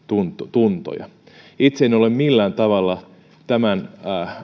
tuntoja itse en ole millään tavalla tämän